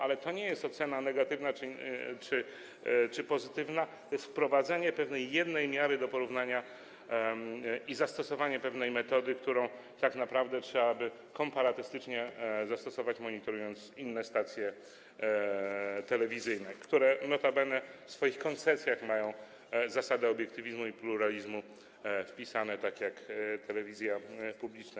Ale to nie jest ocena negatywna czy pozytywna, to jest wprowadzenie pewnej jednej miary stosowanej do porównania, zastosowanie pewnej metody, którą tak naprawdę trzeba by komparatystycznie zastosować, monitorując inne stacje telewizyjne, które notabene w swoich koncesjach mają zasady obiektywizmu i pluralizmu wpisane tak jak telewizja publiczna.